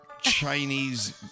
Chinese